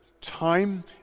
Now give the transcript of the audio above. time